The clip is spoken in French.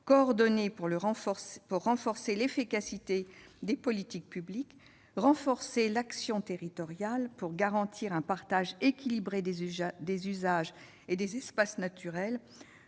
coordonner pour renforcer l'efficacité des politiques publiques et de renforcer l'action territoriale pour garantir un partage équilibré des usages et des espaces naturels,